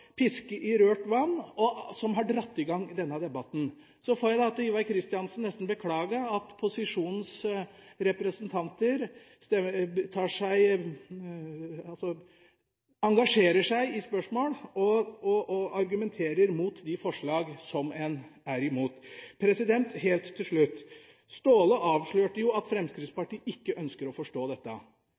piske i rørt vann, som har dratt i gang denne debatten. Så får jeg da overfor Ivar Kristiansen nesten beklage at posisjonens representanter engasjerer seg i spørsmål og argumenterer mot de forslag som en er imot. Helt til slutt: Staahle avslørte jo at Fremskrittspartiet ikke ønsker å forstå dette.